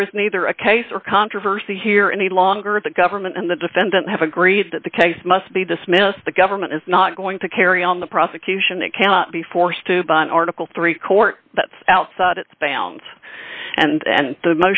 there is neither a case or controversy here any longer the government and the defendant have agreed that the case must be dismissed the government is not going to carry on the prosecution it cannot be forced to buy an article three court that's outside its bounds and